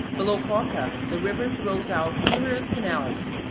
below coca the river throws out numerous canals,